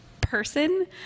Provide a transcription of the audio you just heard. person